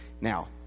Now